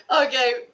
Okay